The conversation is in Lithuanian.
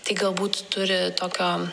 tai galbūt turi tokio